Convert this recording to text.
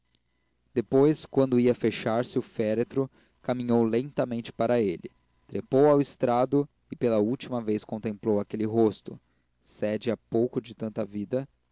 depois quando ia fechar-se o féretro caminhou lentamente para ele trepou ao estrado e pela última vez contemplou aquele rosto sede há pouco de tanta vida